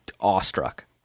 awestruck